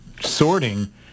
sorting